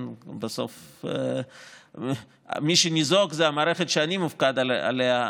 בסוף מי שניזוק זה המערכת שאני מופקד עליה,